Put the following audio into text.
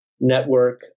network